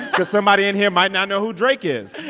cause somebody in here might not know who drake is.